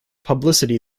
publicity